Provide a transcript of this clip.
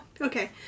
okay